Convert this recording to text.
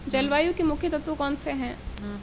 जलवायु के मुख्य तत्व कौनसे हैं?